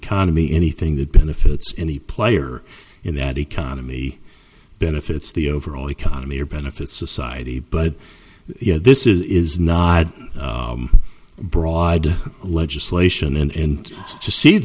economy anything that benefits any player in that economy benefits the overall economy or benefit society but you know this is not a broad legislation and to see